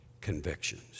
convictions